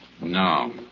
No